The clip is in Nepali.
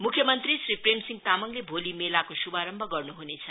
मुख्य मंत्री श्री प्रेमसिंह तामाङले भोलि मेलाको शुभरम्भ गर्नुहनेछ